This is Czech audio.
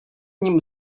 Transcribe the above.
ním